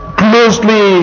closely